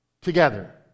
Together